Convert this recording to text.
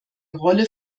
rolle